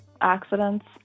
accidents